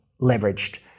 leveraged